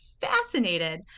fascinated